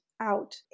out